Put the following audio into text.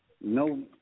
No